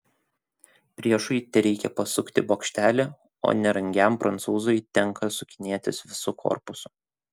priešui tereikia pasukti bokštelį o nerangiam prancūzui tenka sukinėtis visu korpusu